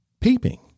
peeping